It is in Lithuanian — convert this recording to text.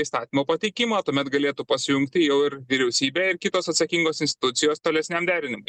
įstatymo pateikimą tuomet galėtų pasijungti jau ir vyriausybė ir kitos atsakingos institucijos tolesniam derinimui